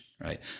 right